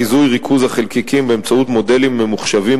חיזוי ריכוז החלקיקים באמצעות מודלים ממוחשבים,